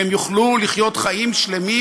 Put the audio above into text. שהם יוכלו לחיות חיים שלמים,